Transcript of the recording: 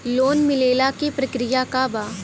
Loan मिलेला के प्रक्रिया का बा?